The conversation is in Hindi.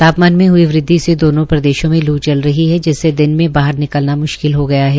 तापमान मे हई वृदवि से दोनों प्रदेशां में लू चल रही है जिससे दिन में बाहर निकलना म्श्किल हो गया है